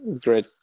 Great